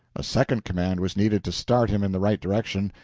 a second command was needed to start him in the right direction,